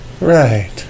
Right